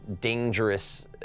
dangerous